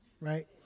right